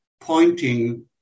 pointing